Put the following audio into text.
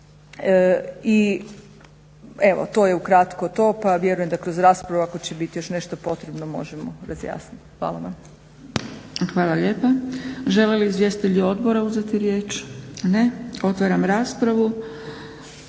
I evo to je ukratko to, pa vjerujem da kroz raspravu ako će biti još nešto potrebno možemo razjasniti. Hvala vam. **Zgrebec, Dragica (SDP)** Hvala lijepa. Žele li izvjestitelji odbora uzeti riječ? Ne. Otvaram raspravu.